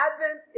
Advent